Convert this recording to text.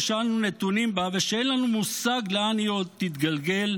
שאנחנו נתונים בה ושאין לנו מושג לאן היא עוד תתגלגל?